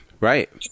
right